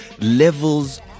levels